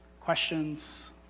questions